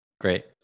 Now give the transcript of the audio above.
Great